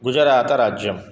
गुजरातराज्यं